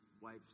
wife